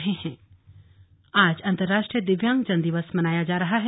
अंतरराष्ट्रीय दिव्यांग जन दिवस आज अंतरराष्ट्रीय दिव्यांग जन दिवस मनाया जा रहा है